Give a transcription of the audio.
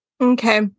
Okay